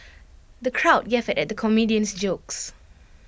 the crowd guffawed at the comedian's jokes